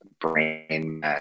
brain